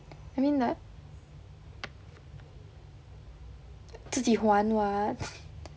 I mean like 自己还 [what]